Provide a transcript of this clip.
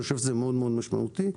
אני חושב שזה משמעותי מאוד.